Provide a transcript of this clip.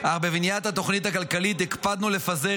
אך בבניית התוכנית הכלכלית הקפדנו לפזר